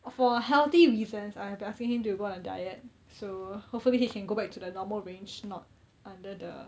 for healthy reasons I have been asking him to go on a diet so hopefully he can go back to the normal range not under the